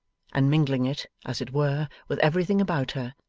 and mingling it, as it were, with everything about her,